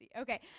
Okay